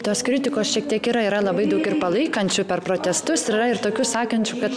tos kritikos šiek tiek yra yra labai daug ir palaikančių per protestus yra ir tokių sakančių kad